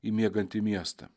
į miegantį miestą